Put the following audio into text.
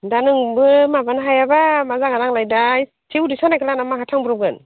दा नोंबो माबानो हायाबा मा जागोन आंलाय दा एसे उदै सानायखौ लाना बहा थांब्रबगोन